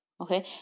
okay